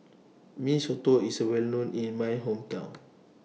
Mee Soto IS A Well known in My Hometown